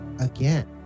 again